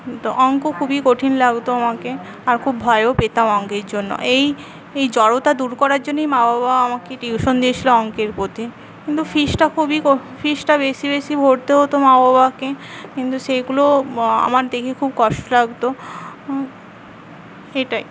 তো অঙ্ক খুবই কঠিন লাগতো আমাকে আর খুব ভয়ও পেতাম অঙ্কের জন্য এই এই জড়তা দূর করার জন্যই মা বাবা আমাকে টিউশন দিয়েছিল অঙ্কের প্রতি কিন্তু ফিসটা খুবই ফিসটা বেশী বেশী ভরতে হত মা বাবাকে কিন্তু সেগুলো আমার দেখে খুব কষ্ট লাগতো এটাই